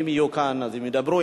אם הם יהיו כאן הם ידברו,